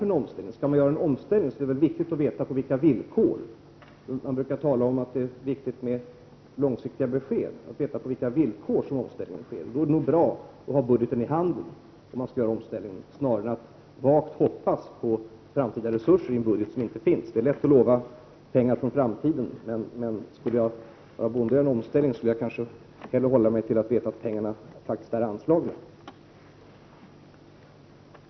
Skall man göra en omställning är det viktigt att få veta på vilka villkor omställningen skall ske. Man brukar ju tala om att det är viktigt med långsiktiga besked. Det vore nog bra att ha pengarna i handen snarare än att svagt hoppas på framtida resurser i en budget som inte finns. Det är lätt att lova pengar för framtiden. Skulle jag vara bonde och vilja göra en omställning, skulle jag nog föredra att veta att pengarna faktiskt är anslagna.